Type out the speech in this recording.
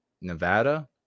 Nevada